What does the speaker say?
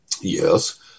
Yes